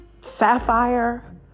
sapphire